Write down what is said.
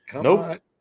Nope